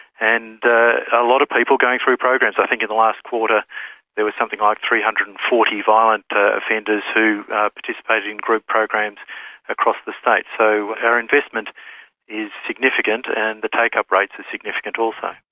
and a ah lot of people going through programs. i think in the last quarter there was something ah like three hundred and forty violent ah offenders who participated in group programs across the state. so our investment is significant and the take-up rates are significant also.